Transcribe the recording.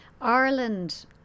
Ireland